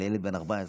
אלא ילד בן 14,